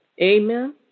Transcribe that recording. Amen